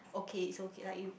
okay it's okay like you